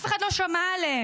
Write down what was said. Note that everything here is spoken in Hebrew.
אף אחד לא שמע עליהם,